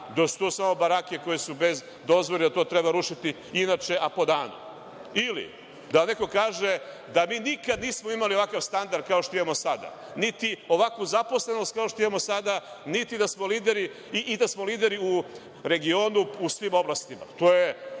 da su tu samo barake koje su bez dozvole i koje treba rušiti, inače a po danu. Ili da vam neko kaže da mi nikada nismo imali ovakav standard, kao što imamo sada, niti ovakvu zaposlenost, kao što imamo sada, niti da smo lideri u regionu u svim oblastima.